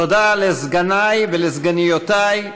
תודה לסגני ולסגניותי,